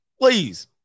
please